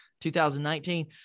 2019